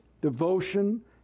devotion